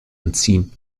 entziehen